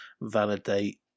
validate